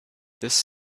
this